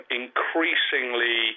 increasingly